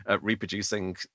reproducing